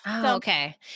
okay